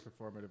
performative